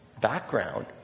background